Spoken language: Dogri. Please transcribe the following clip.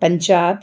पंजाब